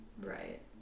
Right